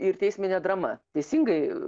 ir teisminė drama teisingai